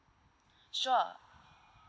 sure